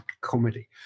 comedy